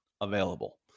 available